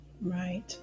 right